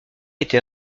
été